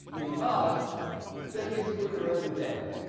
because they get sweeter every day.